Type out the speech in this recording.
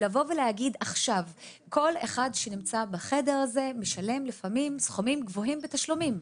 לומר עכשיו שכל אחד שנמצא בחדר הזה משלם לפעמים סכומים גבוהים בתשלומים.